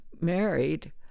married